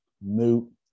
new